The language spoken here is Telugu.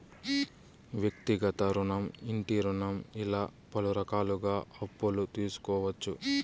వ్యక్తిగత రుణం ఇంటి రుణం ఇలా పలు రకాలుగా అప్పులు తీసుకోవచ్చు